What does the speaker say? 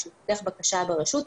כשהוא פותח בקשה ברשות,